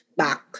back